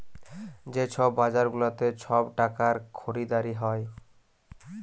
যে ছব বাজার গুলাতে ছব টাকার খরিদারি হ্যয়